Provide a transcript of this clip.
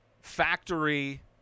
factory